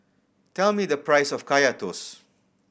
tell me the price of Kaya Toast